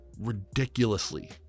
ridiculously